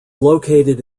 located